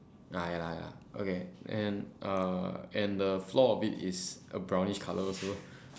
ah ya lah ya lah okay and uh and the floor a bit is a brownish color also